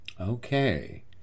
Okay